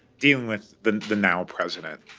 dealing with the the now-president.